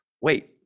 Wait